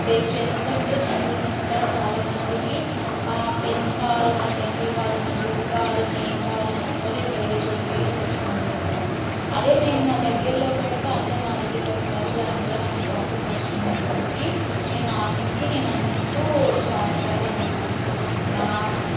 best ఎందుకంటే students కూడా చాలా మందికి పెన్ కావాలన్నా పెన్సిల్ కావాలన్నా బుక్కు కావాలన్నా ఏం కావాలన్నా సరే వేరే చోట కెళ్ళి తెచ్చుకుంటున్నారు వాళ్ళు అదే నేను నా దగ్గరలో పెడితే అందరు నా దగ్గరికి వస్తారు దానివల్ల నాకు ప్రాఫిట్ వస్తుందని చెప్పి నేనాశించి నేను అంటూ స్టార్ట్ చేయాలననుకుంటున్నాను నా